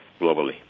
globally